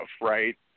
right